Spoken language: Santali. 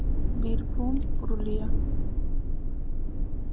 ᱵᱤᱨᱵᱷᱩᱢ ᱯᱩᱨᱩᱞᱤᱭᱟ